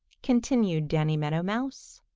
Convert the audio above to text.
continued danny meadow mouse.